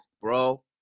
bro